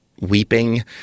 weeping